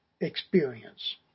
experience